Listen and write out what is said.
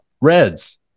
Reds